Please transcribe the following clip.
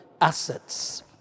assets